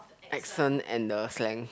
accent and the slang